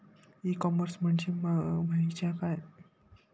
E commerce म्हणजे मझ्या आसा?